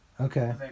Okay